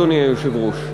אדוני היושב-ראש,